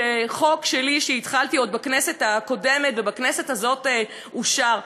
חוק שלי שהתחלתי עוד בכנסת הקודמת ובכנסת הזאת אושר.